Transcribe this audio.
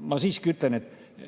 ma siiski ütlen, et